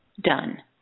Done